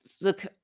Look